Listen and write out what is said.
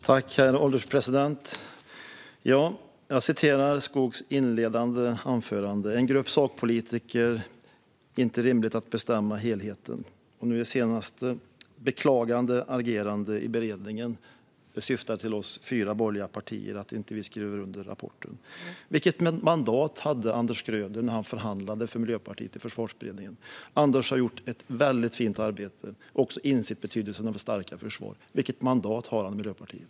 Herr ålderspresident! Jag återger en del av Skogs inledande anförande: Det är inte rimligt att en grupp sakpolitiker bestämmer helheten. I det senaste beklagade hon agerandet i beredningen. Hon syftade på oss fyra borgerliga partier, som inte skrev under rapporten. Vilket mandat hade Anders Schröder när han förhandlade för Miljöpartiet i Försvarsberedningen? Anders har gjort ett väldigt fint arbete och också insett betydelsen av ett starkare försvar. Vilket mandat har han i Miljöpartiet?